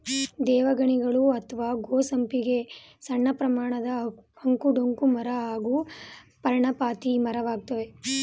ದೇವಗಣಿಗಲು ಅತ್ವ ಗೋ ಸಂಪಿಗೆ ಸಣ್ಣಪ್ರಮಾಣದ ಅಂಕು ಡೊಂಕು ಮರ ಹಾಗೂ ಪರ್ಣಪಾತಿ ಮರವಾಗಯ್ತೆ